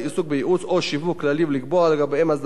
או שיווק כללי ולקבוע לגביהם הסדרה מיוחדת,